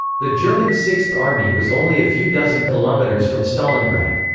the german sixth army was only a few dozen kilometers from stalingrad.